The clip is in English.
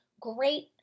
great